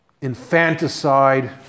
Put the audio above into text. infanticide